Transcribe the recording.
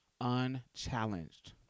unchallenged